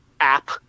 app